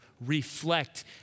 reflect